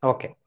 Okay